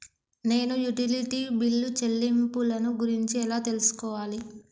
నేను utility bill చెల్లింపులను గురించి ఎలా తెలుసుకోవాలి?